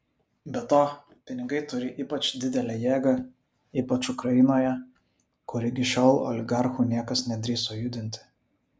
be to pinigai turi ypač didelę jėgą ypač ukrainoje kur iki šiol oligarchų niekas nedrįso judinti